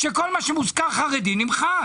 כל מה שמוזכרים בו חרדים נמחק.